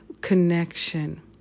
connection